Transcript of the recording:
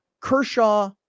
Kershaw